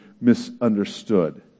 misunderstood